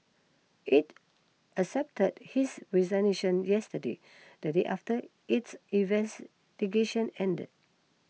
it accepted his resignation yesterday the day after its investigation ended